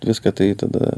viską tai tada